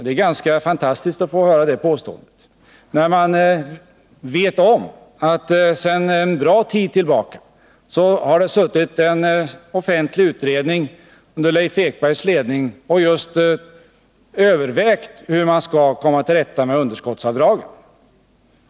Det är ganska fantastiskt att få höra det påståendet, när man vet om att sedan en bra tid tillbaka har det suttit en offentlig utredning under Leif Ekbergs ledning och just övervägt hur man skall komma till rätta med underskottsavdragen.